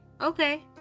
okay